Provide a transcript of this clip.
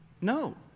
No